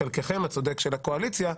לחלקכם הצודק של הקואליציה,